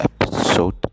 episode